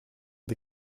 the